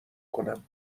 کنم